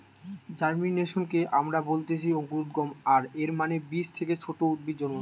জার্মিনেশনকে আমরা বলতেছি অঙ্কুরোদ্গম, আর এর মানে বীজ থেকে ছোট উদ্ভিদ জন্মানো